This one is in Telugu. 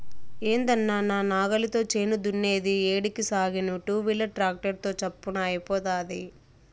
ఏందన్నా నా నాగలితో చేను దున్నేది ఏడికి సాగేను టూవీలర్ ట్రాక్టర్ తో చప్పున అయిపోతాది